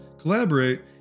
collaborate